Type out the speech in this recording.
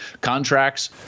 contracts